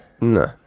no